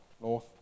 north